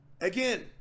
Again